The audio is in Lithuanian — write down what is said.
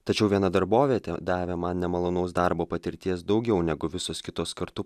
tačiau viena darbovietė davė man nemalonaus darbo patirties daugiau negu visus kitus kartu